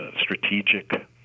strategic